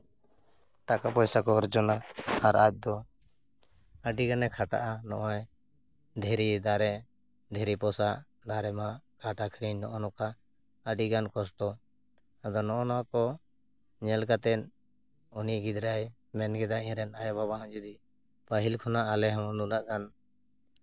ᱴᱟᱠᱟ ᱯᱚᱭᱥᱟᱠᱚ ᱚᱨᱡᱚᱱᱟ ᱟᱨ ᱟᱡ ᱫᱚ ᱟᱹᱰᱤᱜᱟᱱᱮ ᱠᱷᱟᱴᱟᱜᱼᱟ ᱱᱚᱜᱼᱚᱭ ᱫᱷᱤᱨᱤ ᱫᱟᱨᱮ ᱫᱷᱤᱨᱤ ᱯᱚᱥᱟᱜ ᱫᱟᱨᱮᱢᱟᱜ ᱠᱟᱴᱷ ᱟᱹᱠᱷᱨᱤᱧ ᱱᱚᱜᱼᱚᱭ ᱱᱚᱝᱠᱟ ᱟᱹᱰᱤᱜᱟᱱ ᱠᱚᱥᱴᱚ ᱟᱫᱚ ᱱᱚᱜᱼᱚᱭ ᱱᱚᱣᱟᱠᱚ ᱧᱮᱞ ᱠᱟᱛᱮ ᱩᱱᱤ ᱜᱤᱫᱽᱨᱟᱹᱭ ᱢᱮᱱ ᱠᱮᱫᱟ ᱤᱧ ᱨᱮᱱ ᱟᱭᱳ ᱵᱟᱵᱟ ᱦᱚᱸ ᱡᱩᱫᱤ ᱯᱟᱹᱦᱤᱞ ᱠᱷᱚᱱᱟᱜ ᱟᱞᱮ ᱦᱚᱸ ᱱᱩᱱᱟᱹᱜ ᱜᱟᱱ